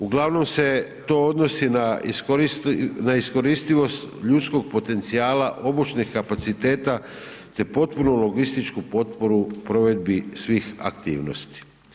Uglavnom se to odnosi na iskoristivost ljudskog potencijala obučnih kapaciteta te potpunu logističku potporu provedbi svih aktivnosti.